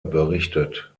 berichtet